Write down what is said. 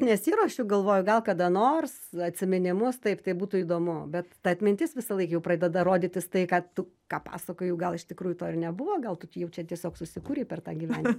nesiruošiu galvoju gal kada nors atsiminimus taip tai būtų įdomu bet ta atmintis visąlaik jau pradeda rodytis tai ką tu ką pasakoji o gal iš tikrųjų to ir nebuvo gal tu jau čia tiesiog susikūrei per tą gyvenimą